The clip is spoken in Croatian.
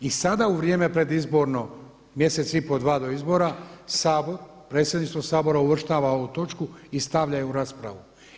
I sada u vrijeme predizborno, mjesec i pol, dva do izbora Sabor, Predsjedništvo Sabora uvrštava ovu točku i stavlja je u raspravu.